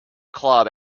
club